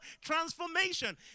transformation